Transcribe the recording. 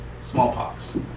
smallpox